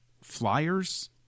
flyers